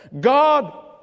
God